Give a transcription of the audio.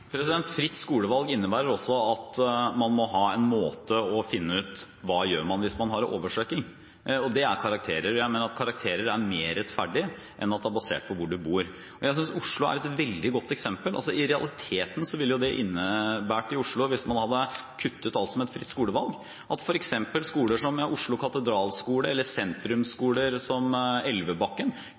ikke fritt valg for alle? Fritt skolevalg innebærer også å ha en måte å finne ut hva man gjør hvis man har oversøking, og det er karakterer, og jeg mener at karakterer er mer rettferdig enn at det er basert på hvor man bor. Jeg synes Oslo er et veldig godt eksempel. I Oslo ville det i realiteten ha innebåret – hvis man hadde kuttet alt som heter fritt skolevalg – at f.eks. skoler som Oslo katedralskole, eller sentrumsskoler som Elvebakken,